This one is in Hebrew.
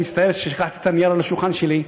אני מצטער ששכחתי את הנייר על השולחן שלי,